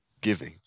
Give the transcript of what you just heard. giving